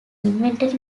inventory